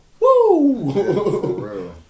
woo